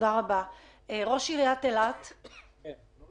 ראש עיריית אילת, בבקשה.